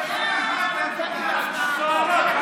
אין לכם רוב, אנחנו מצביעים בעד.